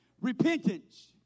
Repentance